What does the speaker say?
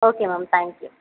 okay ma'am thank you